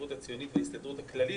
ההסתדרות הציונית וההסתדרות הכללית,